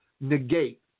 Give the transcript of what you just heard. negate